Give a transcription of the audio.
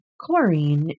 chlorine